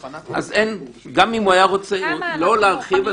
אז גם אם הוא לא רוצה להרחיב,